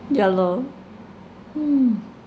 ya lor hmm